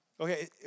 Okay